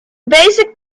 basic